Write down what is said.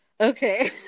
okay